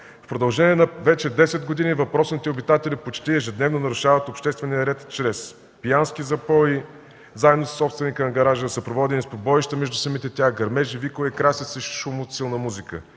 В продължение на 10 години въпросните обитатели почти ежедневно нарушават обществения ред чрез пиянски запои, заедно със собственика на гаража, съпроводени с побоища между самите тях, гърмежи, викове, крясъци, шум от силна музика,